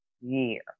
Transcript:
year